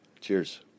Cheers